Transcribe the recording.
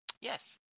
yes